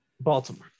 Baltimore